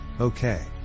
okay